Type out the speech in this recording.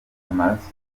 amaraso